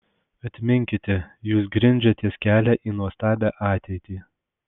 atminkite jūs grindžiatės kelią į nuostabią ateitį